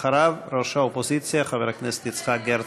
אחריו, ראש האופוזיציה, חבר הכנסת יצחק הרצוג.